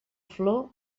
flor